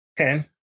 Okay